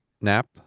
nap